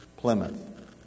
Plymouth